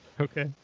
Okay